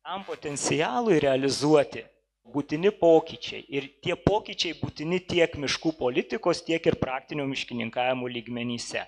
tam potencialui realizuoti būtini pokyčiai ir tie pokyčiai būtini tiek miškų politikos tiek ir praktinių miškininkavimo lygmenyse